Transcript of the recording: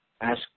ask